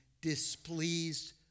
displeased